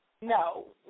No